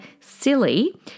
silly